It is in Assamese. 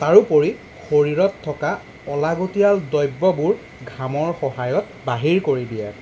তাৰোপৰি শৰীৰত থকা অলাগতিয়াল দ্ৰব্যবোৰ ঘামৰ সহায়ত বাহিৰ কৰি দিয়ে